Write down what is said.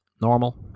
normal